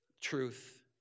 truth